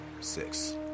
Six